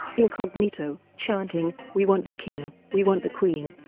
incognito, chanting, we want the king, we want the queen!